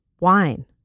wine